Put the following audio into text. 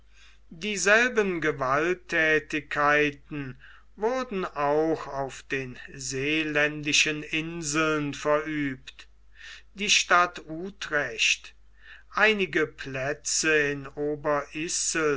dieselben gewalttätigkeiten wurden auch auf den seeländischen inseln verübt die stadt utrecht einige plätze in